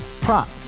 Prop